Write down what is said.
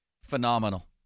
Phenomenal